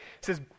says